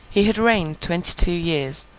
he had reigned twenty-two years,